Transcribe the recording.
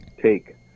take